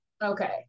Okay